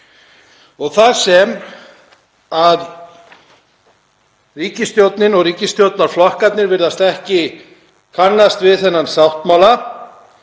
Þar sem ríkisstjórnin og ríkisstjórnarflokkarnir virðast ekki kannast við þennan sáttmála